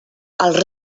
els